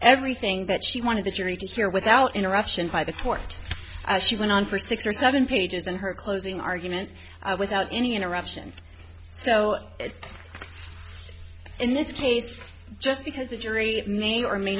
everything that she wanted the jury to hear without interruption by the court as she went on for six or seven pages and her closing argument without any interruption so it's in this case just because the jury may or may